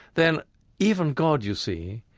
then even god, you see,